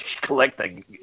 collecting